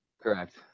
correct